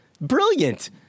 brilliant